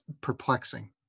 perplexing